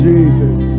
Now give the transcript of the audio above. Jesus